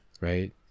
Right